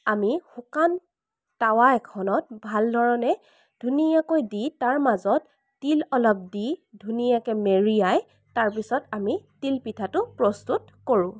আমি শুকান টাৱা এখনত ভালধৰণে ধুনীয়াকৈ দি তাৰ মাজত তিল অলপ দি ধুনীয়াকৈ মেৰিয়াই তাৰপিছত আমি তিলপিঠাটো প্ৰস্তুত কৰোঁ